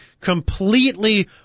Completely